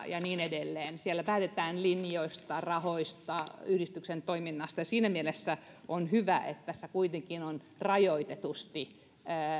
ja niin edelleen siellä päätetään linjoista rahoista yhdistyksen toiminnasta ja siinä mielessä on hyvä että tässä kuitenkin on rajoitetusti